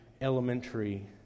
elementary